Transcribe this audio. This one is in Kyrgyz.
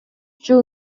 жыл